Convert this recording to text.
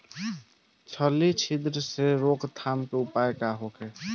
फली छिद्र से रोकथाम के उपाय का होखे?